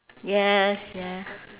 yes yeah